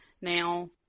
now